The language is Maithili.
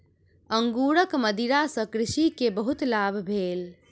अंगूरक मदिरा सॅ कृषक के बहुत लाभ भेल